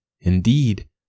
Indeed